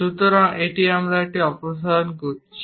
সুতরাং আমরা এটি অপসারণ করছি